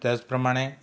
त्याच प्रमाणे